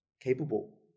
capable